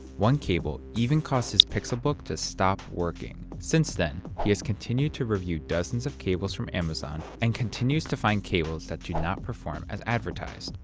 one cable even caused his pixelbook to stop working. since then, he has continued to review dozens of cables from amazon and continues to find cables that do not perform as advertised.